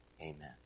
Amen